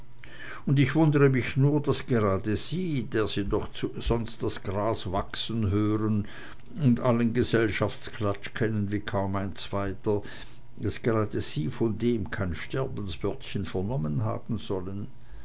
und ich wundre mich nur daß gerade sie der sie doch sonst das gras wachsen hören und allen gesellschaftsklatsch kennen wie kaum ein zweiter daß gerade sie von dem allen kein sterbenswörtchen vernommen haben sollen